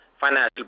financial